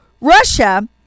Russia